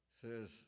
says